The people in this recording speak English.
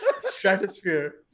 Stratosphere